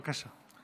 בבקשה.